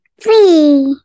Three